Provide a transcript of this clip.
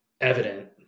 evident